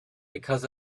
because